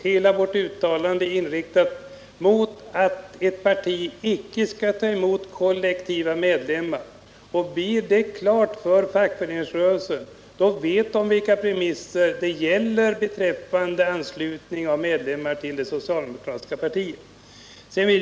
Hela vårt uttalande är inriktat på att ett parti inte skall ta emot kollektivt anslutna medlemmar. Om detta blir klart för fackföreningsrörelsen, vet denna vilka premisser som gäller beträffande anslutning av medlemmar till det socialdemokratiska partiet.